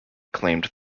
claimed